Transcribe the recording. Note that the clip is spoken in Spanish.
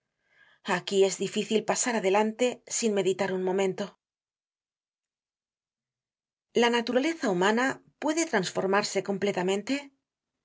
aquí es difícil pasar adelante sin meditar un momento content from google book search generated at la naturaleza humana puede trasformarse completamente